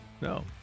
no